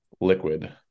liquid